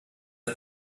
das